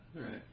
Right